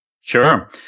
Sure